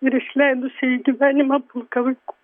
ir išleidusiai į gyvenimą pulką vaikų